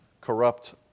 corrupt